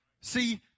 See